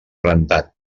rentat